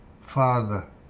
father